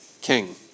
king